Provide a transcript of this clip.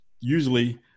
Usually